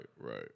right